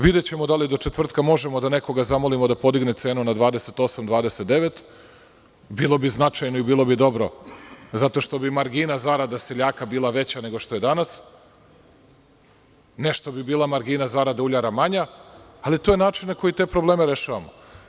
Videćemo da li do četvrtka možemo nekoga da zamolimo da podigne cenu na 28, 29, bilo bi značajno i bilo bi dobro zato što bi margina zarada seljaka bila veća nego što je danas, nešto bi margina zarada uljara bila manja, ali to je način na koji te probleme rešavamo.